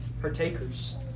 partakers